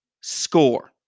score